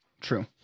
True